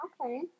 Okay